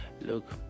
Look